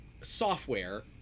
software